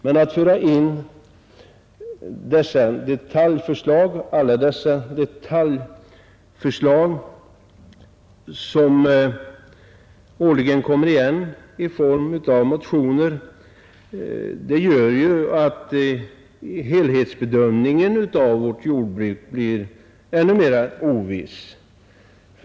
Men alla dessa detaljförslag, som årligen återkommer i motioner, medför att helhetsbedömningen av vårt jordbruk blir ännu mer oviss.